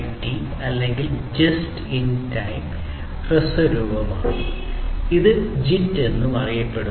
JIT അല്ലെങ്കിൽ just in time ഹ്രസ്വ രൂപമാണ് ഇത് JIT എന്നും അറിയപ്പെടുന്നു